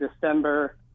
December